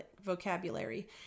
vocabulary